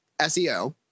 SEO